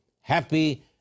happy